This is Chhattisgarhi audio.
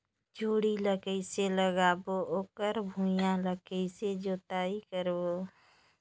जोणी ला कइसे लगाबो ओकर भुईं ला कइसे जोताई करबो?